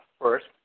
first